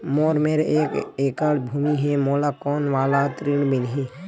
मोर मेर एक एकड़ भुमि हे मोला कोन वाला ऋण मिलही?